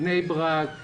בני ברק,